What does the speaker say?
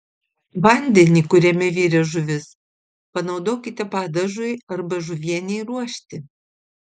vandenį kuriame virė žuvis panaudokite padažui arba žuvienei ruošti